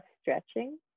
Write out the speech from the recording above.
stretching